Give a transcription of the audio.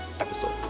episode